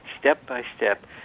step-by-step